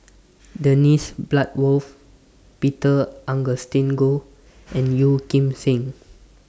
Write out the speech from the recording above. Dennis Bloodworth Peter Augustine Goh and Yeo Kim Seng